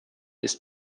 ist